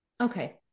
okay